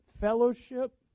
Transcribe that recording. fellowship